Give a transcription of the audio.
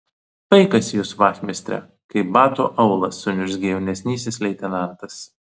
paikas jūs vachmistre kaip bato aulas suniurzgė jaunesnysis leitenantas